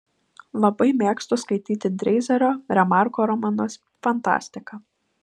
labai mėgstu skaityti dreizerio remarko romanus fantastiką